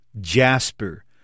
jasper